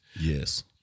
yes